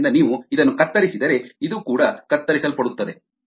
ಆದ್ದರಿಂದ ನೀವು ಇದನ್ನು ಕತ್ತರಿಸಿದರೆ ಇದು ಕೂಡ ಕತ್ತರಿಸಲ್ಪಡುತ್ತದೆ